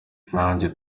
nanjye